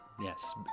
Yes